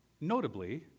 notably